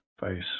face